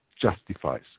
justifies